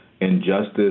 injustice